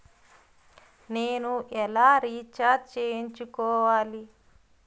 నేను ఎలా రీఛార్జ్ చేయించుకోవాలి?